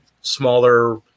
smaller